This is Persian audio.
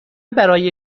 برای